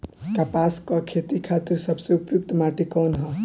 कपास क खेती के खातिर सबसे उपयुक्त माटी कवन ह?